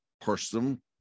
person